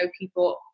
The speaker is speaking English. people